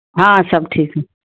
ہاں سب ٹھیک ہیں